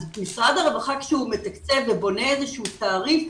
משרד העבודה כשהוא מתקצב ובונה איזה שהוא תעריף,